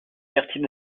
quartier